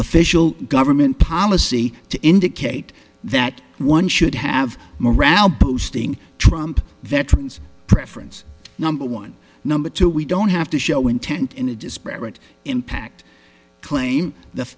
official government policy to indicate that one should have more around boasting trump veterans preference number one number two we don't have to show intent in a disparate impact claim that